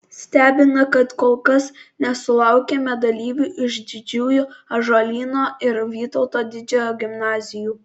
stebina kad kol kas nesulaukėme dalyvių iš didžiųjų ąžuolyno ir vytauto didžiojo gimnazijų